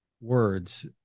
words